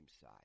side